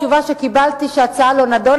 התשובה שקיבלתי, שההצעה לא נדונה.